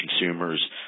consumers